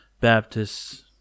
Baptists